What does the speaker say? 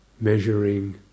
measuring